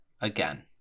again